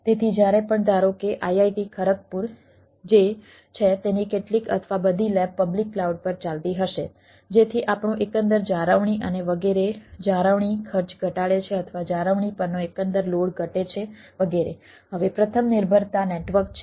તેથી એક નિર્ભરતા છે